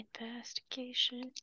Investigation